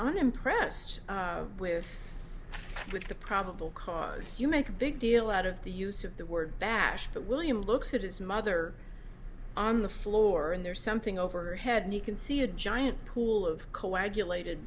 unimpressed with with the probable cause you make a big deal out of the use of the word bash that william looks at his mother on the floor and there's something over her head new can see a giant pool of coagulat